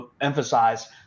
emphasize